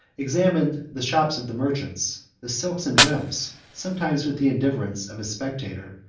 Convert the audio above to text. examined the shops of the merchants, the silks and gems, sometimes with the indifference of a spectator,